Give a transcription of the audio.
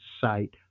site